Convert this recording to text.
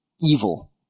evil